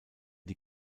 die